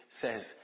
says